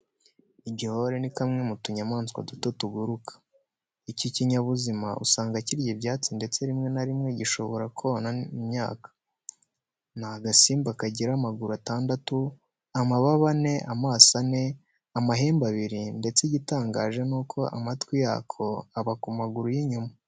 Igihore ni kamwe mu tunyamaswa duto tuguruka. Iki kinyabuzima usanga kirya ibyatsi ndetse rimwe na rimwe gishobora konona imyaka. Ni agasimba kagira amaguru atandatu, amababa ane, amaso ane, amahembe abiri ndetse igitangaje ni uko amatwi yako aba ku maguru y'inyuma.